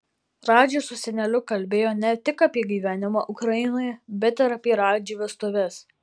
radži su seneliu kalbėjo ne tik apie gyvenimą ukrainoje bet ir apie radži vestuves